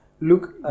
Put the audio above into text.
Look